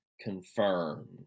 confirmed